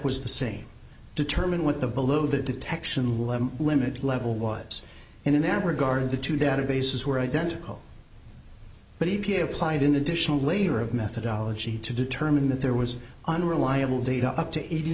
was the same determine what the below the detection level limit level was and in that regard the two databases were identical but if you applied an additional layer of methodology to determine that there was unreliable data up to eighty